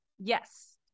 Yes